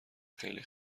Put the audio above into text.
خیلی